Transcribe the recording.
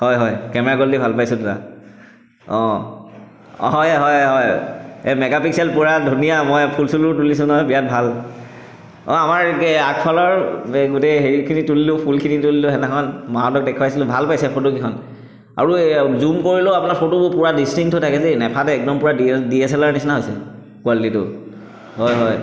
হয় হয় camera quality ভাল পাইছো দাদা অঁ অঁ হয় হয় হয় এই মেগা পিক্সেল পূৰা ধুনীয়া মই ফুল চুলো তুলিছো নহয় বিৰাট ভাল অঁ আমাৰ এই আগফালৰ গোটেই হেৰিখিনি তুলিলো ফুলখিনি তুলিলো সেইদিনাখন মাহঁতক দেখুৱাইছিলো ভাল পাইছে ফটো কেইখন আৰু এই জুম কৰিলেও আপোনাৰ ফটো পূৰা ডিষ্টিংট হৈ থাকে দেই নাফাটে একদম পূৰা D D S L R নিছিনা হৈছে কোৱালিটিটো হয় হয়